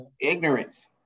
ignorance